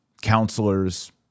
counselors